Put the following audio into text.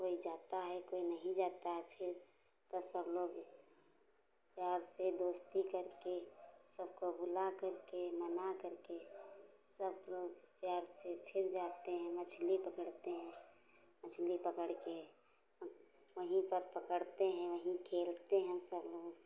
कोई जाता है कोई नहीं जाता है फिर तो सब लोग प्यार से दोस्ती करके सबको बुलाकर के मनाकर के सब लोग प्यार से फिर जाते हैं मछली पकड़ते हैं मछली पकड़ के हम वहीं पर पकड़ते हैं वहीं खेलते हैं हम सब लोग